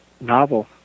novel